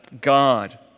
God